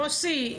מוסי,